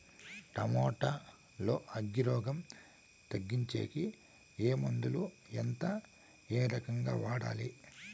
Tomato లో అగ్గి రోగం తగ్గించేకి ఏ మందులు? ఎంత? ఏ రకంగా వాడాలి?